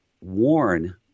warn